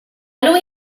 lui